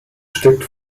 steckt